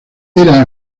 era